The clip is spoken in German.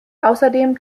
außerdem